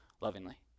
lovingly